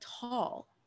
tall